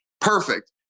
perfect